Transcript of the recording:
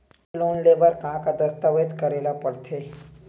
Loan ले बर का का दस्तावेज करेला पड़थे?